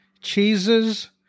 cheeses